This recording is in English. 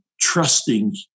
trusting